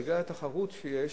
בגלל התחרות שיש,